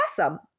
awesome